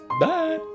Bye